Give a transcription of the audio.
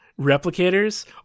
Replicators